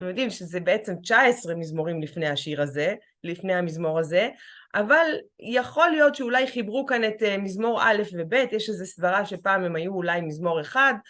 אתם יודעים שזה בעצם 19 מזמורים לפני השיר הזה, לפני המזמור הזה, אבל יכול להיות שאולי חיברו כאן את מזמור א' וב', יש איזו סברה שפעם הם היו אולי מזמור אחד.